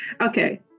Okay